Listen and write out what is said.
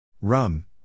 Rum